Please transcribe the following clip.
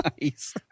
Nice